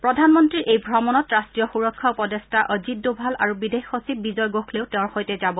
প্ৰধানমন্তীৰ এই অমণত ৰাষ্ট্ৰীয় সুৰক্ষা উপদেষ্টা অজিত দোভাল আৰু বিদেশ সচিব বিজয় গোখলেও তেওঁৰ সৈতে যাব